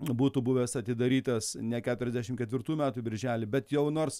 būtų buvęs atidarytas ne keturiasdešim ketvirtų metų birželį bet jau nors